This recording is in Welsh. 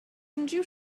unrhyw